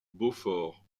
beaufort